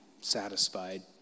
satisfied